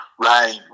Right